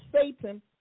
Satan